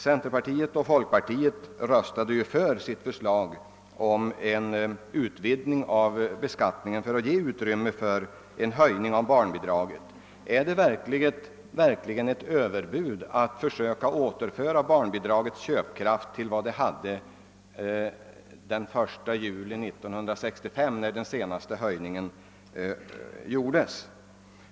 Centern och folkpartiet röstade för sitt förslag om en ökad beskattning för att ge utrymme för en höjning av barnbidraget. Kan man kalla det för ett överbud att försöka återföra barnbidragets köpkraft till vad det hade den 1 juli 1965, när den senaste höjningen genomfördes?